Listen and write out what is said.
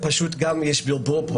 יש כאן בלבול.